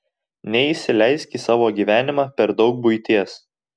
neįsileisk į savo gyvenimą per daug buities